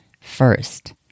First